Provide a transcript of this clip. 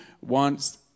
wants